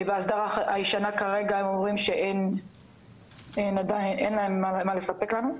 בהסדרה הישנה אומרים שאין להם מה לספק לנו.